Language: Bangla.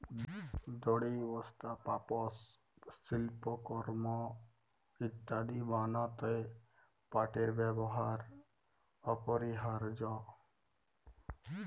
দড়ি, বস্তা, পাপস, সিল্পকরমঅ ইত্যাদি বনাত্যে পাটের ব্যেবহার অপরিহারয অ